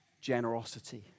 generosity